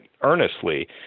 earnestly